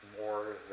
more